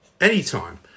anytime